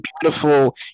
beautiful